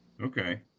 Okay